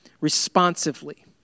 Responsively